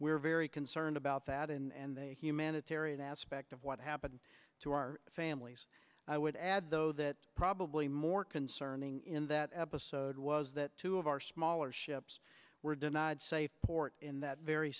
we're very concerned about that and they humanitarian aspect of what happened to our families i would add though that probably more concerning in that episode was that two of our smaller ships were denied safe port in that very